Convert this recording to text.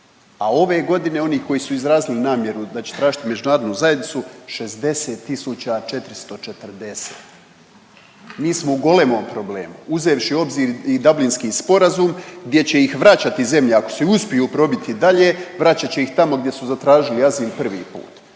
A ove godine, onih koji su izrazili namjeru da će tražiti međunarodnu zajednicu 60 440. Mi smo u golemom problemu, uzevši u obzir i dablinski sporazum gdje će ih vraćati zemlje, ako se i uspiju probiti dalje, vraćat će ih tamo gdje su zatražili azil prvi put.